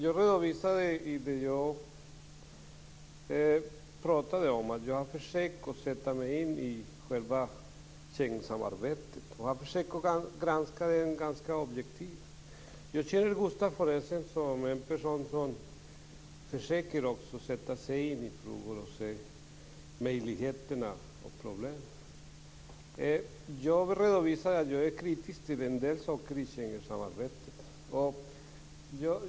Herr talman! Jag redovisade att jag försöker sätta mig in i själva Schengensamarbetet. Jag försöker att granska detta objektivt. Jag känner Gustaf von Essen som en person som försöker att sätta sig in i frågor och se möjligheter och problem. Jag redovisade att jag är kritisk mot en del saker i Schengensamarbetet.